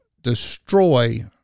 destroy